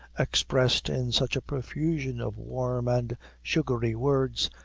expressed in such a profusion of warm and sugary words,